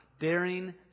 daring